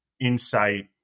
insight